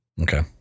Okay